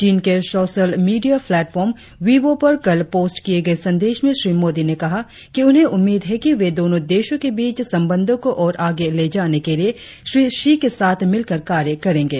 चीन के social media platform Weibo पर कल पोस्ट किए गए संदेश में श्री मोदी ने कहा कि उन्हे उम्मीद है कि वे दोनों देशों के बीच संबंधों को और आगे ले जाने के लिए श्री षी के साथ मिलकर कार्य करेंगे